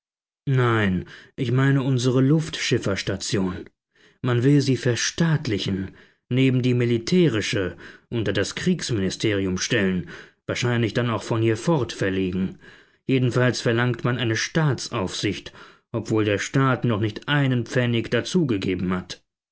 nein ich meine unsere luftschifferstation man will sie verstaatlichen neben die militärische unter das kriegsministerium stellen wahrscheinlich dann auch von hier fort verlegen jedenfalls verlangt man eine staatsaufsicht obwohl der staat noch nicht einen pfennig dazu gegeben hat